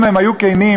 אם הם היו כנים,